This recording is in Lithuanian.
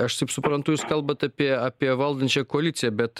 aš taip suprantu jūs kalbat apie apie valdančiąją koaliciją bet